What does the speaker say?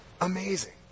amazing